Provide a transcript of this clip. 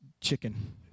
chicken